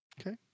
Okay